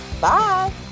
bye